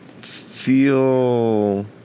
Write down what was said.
feel